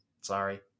sorry